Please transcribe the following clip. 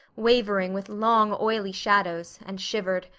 wavering with long, oily shadows, and shivered.